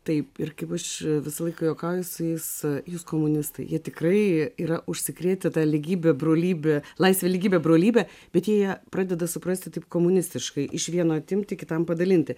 taip ir kaip aš visą laiką juokauju su jais jūs komunistai jie tikrai yra užsikrėtę ta lygybe brolybe laisvė lygybė brolybė bet jie pradeda suprasti taip komunistiškai iš vieno atimti kitam padalinti